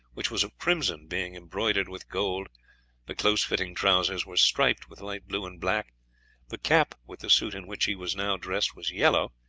which was of crimson, being embroidered with gold the closely-fitting trousers were striped with light blue and black the cap with the suit in which he was now dressed was yellow,